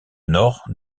nord